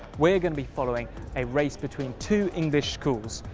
we're going to be following a race between two english schools,